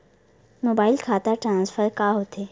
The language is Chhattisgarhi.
मोबाइल खाता ट्रान्सफर का होथे?